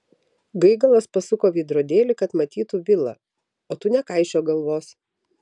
gaigalas pasuko veidrodėlį kad matytų vilą o tu nekaišiok galvos